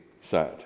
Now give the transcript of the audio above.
sad